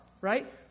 right